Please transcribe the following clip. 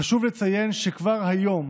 חשוב לציין שכבר היום